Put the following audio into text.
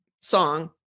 song